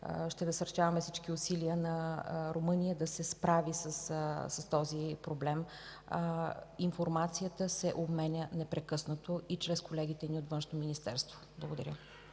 ще насърчаваме всички усилия на Румъния да се справи с този проблем. Информацията се обменя непрекъснато и чрез колегите ни от Външно министерство. Благодаря.